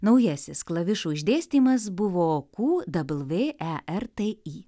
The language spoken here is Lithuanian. naujasis klavišų išdėstymas buvo ku dabl vė e r t i